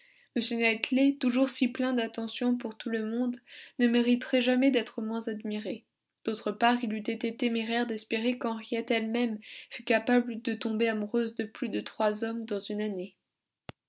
toujours si plein d'attentions pour tout le monde ne mériterait jamais d'être moins admiré d'autre part il eût été téméraire d'espérer qu'henriette elle-même fût capable de tomber amoureuse de plus de trois hommes dans une année